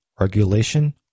regulation